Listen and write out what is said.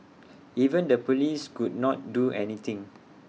even the Police could not do anything